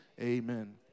amen